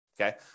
okay